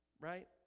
Right